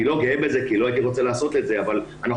אני לא גאה בזה כי לא הייתי רוצה לעשות את זה אבל אנחנו